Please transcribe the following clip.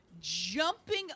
jumping